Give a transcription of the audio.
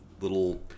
little